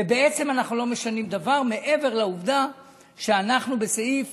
ובעצם אנחנו לא משנים דבר מעבר לעובדה שאנחנו בסעיף